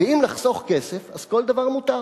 ואם לחסוך כסף, אז כל דבר מותר.